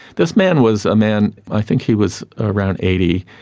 this man was a man, i think he was around eighty.